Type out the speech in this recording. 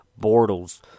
Bortles